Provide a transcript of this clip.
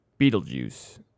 Beetlejuice